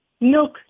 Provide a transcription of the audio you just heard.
Milk